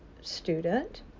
student